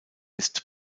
ist